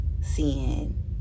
Seeing